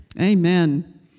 Amen